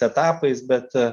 etapais bet